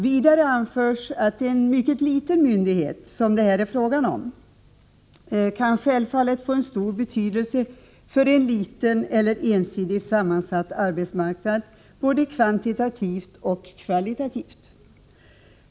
Vidare anförs att en mycket liten myndighet, som det här är frågan om, självfallet kan få stor betydelse för en liten eller ensidigt sammansatt arbetsmarknad, både kvantitativt och kvalitativt.